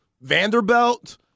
Vanderbilt